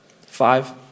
Five